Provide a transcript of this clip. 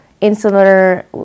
insular